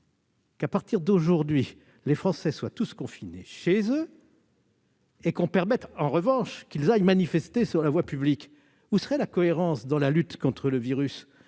qu'à partir d'aujourd'hui les Français soient tous confinés chez eux et qu'on permette en revanche qu'ils aillent manifester sur la voie publique ; où serait la cohérence dans la lutte contre le virus ?